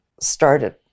started